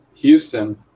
Houston